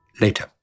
Later